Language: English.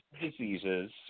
diseases